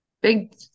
big